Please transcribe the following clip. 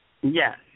Yes